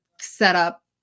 setup